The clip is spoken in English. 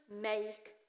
make